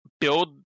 build